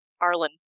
Arlen